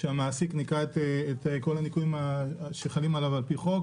שהמעסיק ניכה את כל הניכויים שחבים עליו על פי חוק.